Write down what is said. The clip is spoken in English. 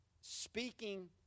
speaking